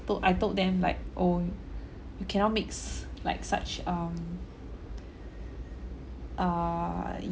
told I told them like oh you cannot make like such um err